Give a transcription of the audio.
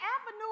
avenue